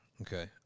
Okay